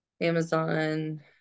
Amazon